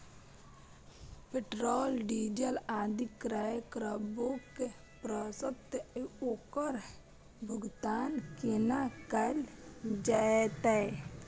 Petrol, डीजल आदि क्रय करबैक पश्चात ओकर भुगतान केना कैल जेतै?